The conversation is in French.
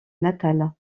natale